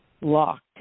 locked